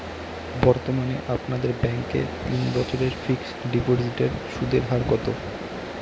বর্তমানে আপনাদের ব্যাঙ্কে তিন বছরের ফিক্সট ডিপোজিটের সুদের হার কত?